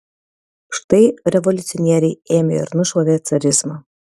štai revoliucionieriai ėmė ir nušlavė carizmą